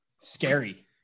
Scary